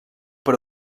per